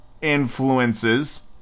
influences